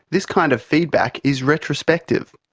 this kind of feedback is retrospective.